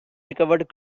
recovered